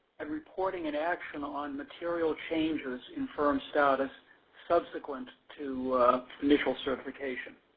and reporting an action on material changes in firm status subsequent to initial recertification.